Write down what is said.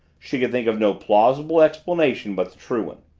she could think of no plausible explanation but the true one.